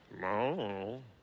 No